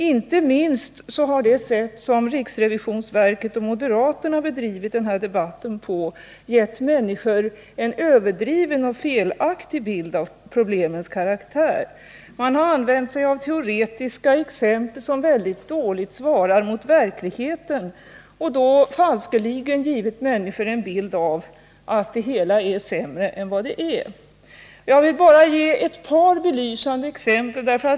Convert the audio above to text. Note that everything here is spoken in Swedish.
Inte minst det sätt på vilket riksrevisionsverket och moderaterna har bedrivit denna debatt har gett människor en överdriven och felaktig bild av problemens karaktär. Man har använt teoretiska exempel som dåligt svarar mot verkligheten och falskeligen givit människor en bild av att det hela är sämre än det är. Jag vill bara ge ett par belysande exempel.